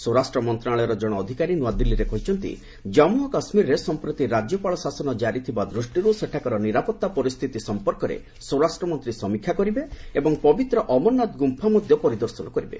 ସ୍ୱରାଷ୍ଟ୍ରମନ୍ତ୍ରଣାଳୟର କଣେ ଅଧିକାରୀ ନୃଆଦିଲ୍ଲୀରେ କହିଛନ୍ତି କାମ୍ମ ଓ କାଶ୍ୱୀରରେ ସଂପ୍ରତି ରାଜ୍ୟପାଳ ଶାସନ ଜାରି ଥିବା ଦୃଷ୍ଟିରୁ ସେଠାକାର ନିରାପତ୍ତା ପରିସ୍ଥିତି ସଂପର୍କରେ ସ୍ୱରାଷ୍ଟ୍ରମନ୍ତ୍ରୀ ସମୀକ୍ଷା କରିବେ ଏବଂ ପବିତ୍ର ଅମରନାଥ ଗୁମ୍ପା ମଧ୍ୟ ଦର୍ଶନ କରିବେ